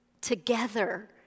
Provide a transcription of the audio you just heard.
together